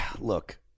look